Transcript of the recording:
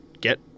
get